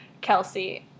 Kelsey